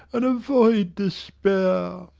and avoid despair.